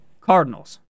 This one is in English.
Cardinals